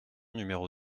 numéro